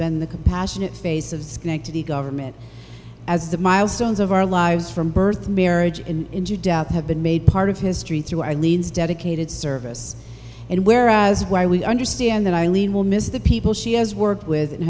been the compassionate face of schenectady government as the milestones of our lives from birth marriage and death have been made part of history through arlene's dedicated service and where as why we understand that eileen will miss the people she has worked with and